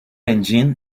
engine